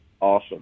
awesome